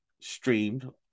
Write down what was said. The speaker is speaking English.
streamed